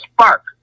spark